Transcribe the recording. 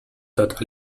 thought